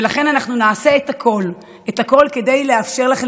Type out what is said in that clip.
ולכן אנחנו נעשה את הכול כדי לאפשר לכם